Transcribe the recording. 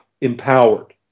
empowered